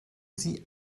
sie